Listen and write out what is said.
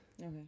Okay